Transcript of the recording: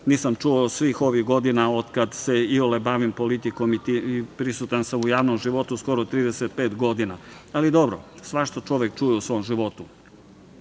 nisam čuo svih ovih godina otkad se iole bavim politikom i prisutan sam u javnom životu skoro 35 godina, ali dobro, svašta čovek čuje u svom životu. Ono